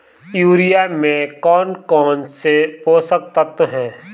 Urea में कौन कौन से पोषक तत्व है?